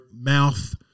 mouth